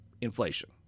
Inflation